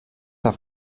have